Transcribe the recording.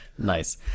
nice